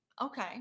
okay